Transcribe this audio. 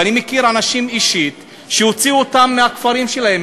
ואני מכיר אישית אנשים שהוציאו אותם מהכפרים שלהם,